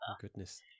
goodness